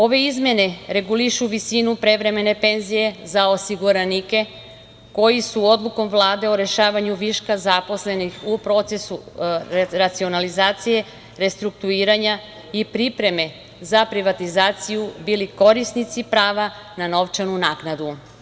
Ove izmene regulišu visinu prevremen penzije za osiguranike koji su odlukom Vlade, o rešavanju viška zaposlenih u procesu racionalizacije, restrukturiranja i pripreme za privatizaciju, bili korisnici prava, na novčanu naknadu.